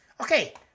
Okay